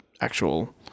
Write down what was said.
actual